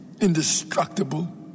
indestructible